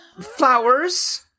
Flowers